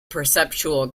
perceptual